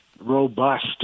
robust